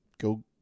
Go